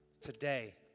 Today